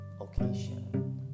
occasion